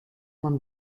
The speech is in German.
man